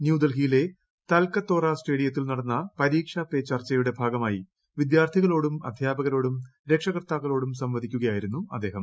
ന്യൂഡൽഹിയിലെ താൽക്കത്തോറ സ്റ്റേഡിയത്തിൽ നടന്ന പരീക്ഷ പേ ചർച്ചയുടെ ഭാഗമായി വിദ്യാർത്ഥികളോടും അധ്യാപകരോടും രക്ഷകർത്താക്കളോടുംക്കു സംവദിക്കുകയായിരുന്നു അദ്ദേഹം